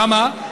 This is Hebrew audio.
למה?